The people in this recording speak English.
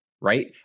right